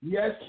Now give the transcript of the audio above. Yes